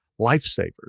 lifesavers